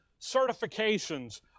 certifications